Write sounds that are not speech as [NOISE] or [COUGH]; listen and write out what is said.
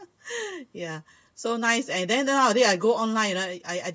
[LAUGHS] ya so nice and then nowadays I go online you know I I